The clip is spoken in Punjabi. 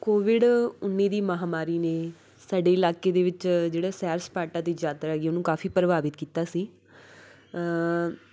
ਕੋਵਿਡ ਉੱਨੀ ਦੀ ਮਹਾਂਮਾਰੀ ਨੇ ਸਾਡੇ ਇਲਾਕੇ ਦੇ ਵਿੱਚ ਜਿਹੜਾ ਸੈਰ ਸਪਾਟਾ ਅਤੇ ਯਾਤਰਾ ਹੈਗੀ ਹੈ ਉਹਨੂੰ ਕਾਫੀ ਪ੍ਰਭਾਵਿਤ ਕੀਤਾ ਸੀ